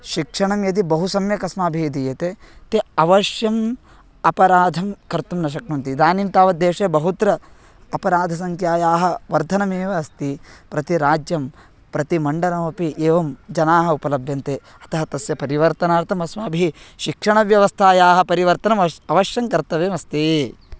शिक्षणं यदि बहु सम्यक् अस्माबिः दीयते ते अवश्यम् अपराधं कर्तुं न शक्नुवन्ति इदानिं तावद् देशे बहुत्र अपराधसङ्ख्यायाः वर्धनमेव अस्ति प्रतिराज्यं प्रतिमण्डलमपि एवं जनाः उपलभ्यन्ते अतः तस्य परिवर्तनार्थमस्माभिः शिक्षणव्यवस्थायाः परिवर्तनमवश्यम् अवश्यं कर्तव्यमस्ति